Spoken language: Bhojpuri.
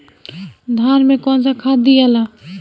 धान मे कौन सा खाद दियाला?